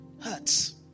hurts